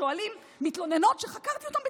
שואלים מתלוננות שחקרתי אותן בתיקים.